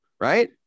right